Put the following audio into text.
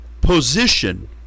position